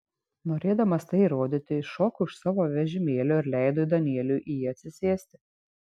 norėdamas tai įrodyti iššokau iš savo vežimėlio ir leidau danieliui į jį atsisėsti